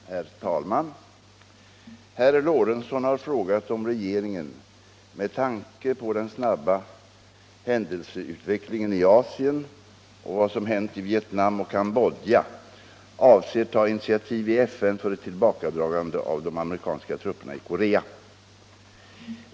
Herr talman! Herr Lorentzon har frågat om regeringen, med tanke på den snabba händelseutvecklingen i Asien och vad som hänt i Vietnam och Cambodja, avser ta initiativ i FN för ett tillbakadragande av de amerikanska grupperna i Korea.